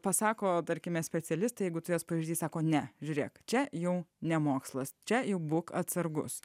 pasako tarkime specialistai jeigu tu juos pavyzdžiui sako ne žiūrėk čia jau ne mokslas čia jau būk atsargus